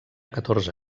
catorze